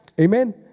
Amen